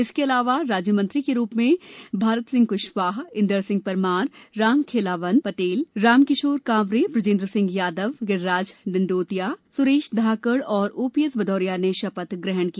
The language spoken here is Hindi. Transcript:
इसके अलावा राज्य मंत्री के रूप में भारत सिंह कुशवाह इंदर सिंह परमार रामखेलावन पटेल रामकिशोर कांवरे बृजेंद्र सिंह यादव गिर्राज डंडोतिया सुरेश धाकड़ और ओपीएस भदौरिया ने शपथ ग्रहण की